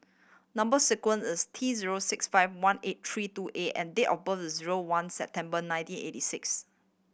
number sequence is T zero six five one eight three two A and date of birth is zero one September nineteen eighty six